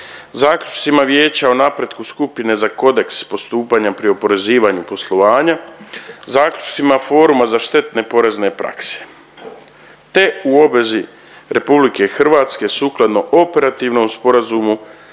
zaključcima Vijeća o napretku Skupine za Kodeks postupanja pri oporezivanju poslovanja, zaključcima Foruma za štetne porezne prakse te u obvezi RH sukladno Operativnom sporazumu